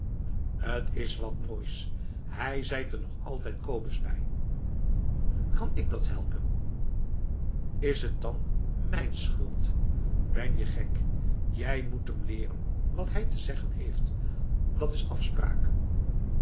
t is wat moois hij zeit er nog altijd kobus bij kan ik dat helpen is t dan mijn schuld ben je gek jij moet hem leeren wat hij te zeggen heeft dat's afspraak